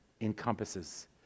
encompasses